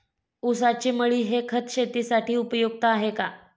ऊसाची मळी हे खत शेतीसाठी उपयुक्त आहे का?